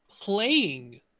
playing